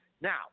Now